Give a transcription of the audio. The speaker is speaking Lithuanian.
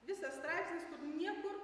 visas straipsnis kur niekur